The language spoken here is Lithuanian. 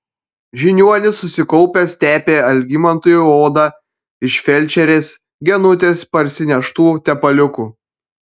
žiniuonis susikaupęs tepė algimantui odą iš felčerės genutės parsineštu tepaliuku